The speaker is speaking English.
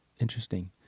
Interesting